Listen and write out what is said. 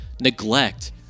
neglect